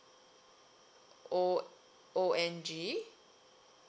O O N G